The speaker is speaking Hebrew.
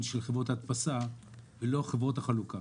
של חברות הדפסה ולא חברות החלוקה.